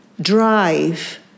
drive